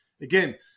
again